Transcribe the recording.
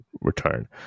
return